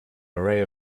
array